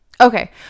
Okay